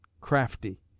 crafty